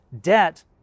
debt